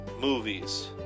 Movies